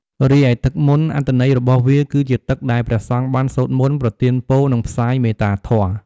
រីឯទឹកមន្ត អត្ថន័យរបស់វាគឺជាទឹកដែលព្រះសង្ឃបានសូត្រមន្ត ប្រទានពរ និងផ្សាយមេត្តាធម៌។